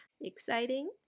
Exciting